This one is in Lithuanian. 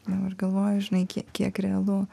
dabar galvoju žinai kiek kiek realu